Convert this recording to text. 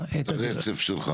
הרצף.